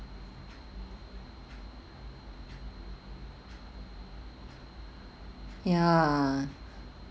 ya